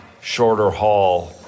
shorter-haul